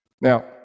Now